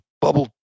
bubble